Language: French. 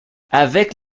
avec